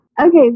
Okay